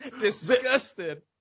disgusted